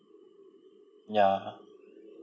ya